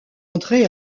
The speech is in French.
entrer